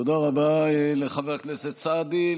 תודה רבה לחבר הכנסת סעדי.